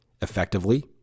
effectively